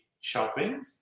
shopping